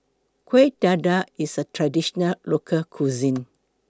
Kueh Dadar IS A Traditional Local Cuisine